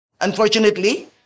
Unfortunately